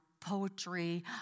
poetry